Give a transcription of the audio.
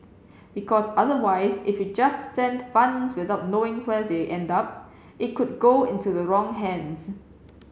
because otherwise if you just send funds without knowing where they end up it could go into the wrong hands